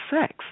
sex